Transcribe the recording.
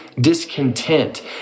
discontent